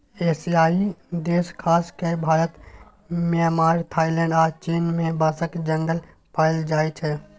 एशियाई देश खास कए भारत, म्यांमार, थाइलैंड आ चीन मे बाँसक जंगल पाएल जाइ छै